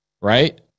right